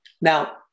Now